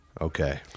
Okay